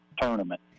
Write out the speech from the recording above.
tournament